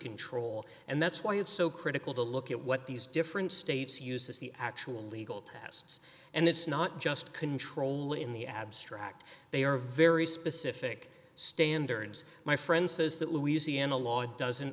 control and that's why it's so critical to look at what these different states uses the actual legal tests and it's not just control in the abstract they are very specific standards my friend says that louisiana law doesn't